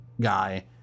guy